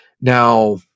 now